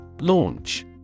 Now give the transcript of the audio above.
Launch